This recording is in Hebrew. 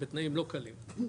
בתנאים לא קלים.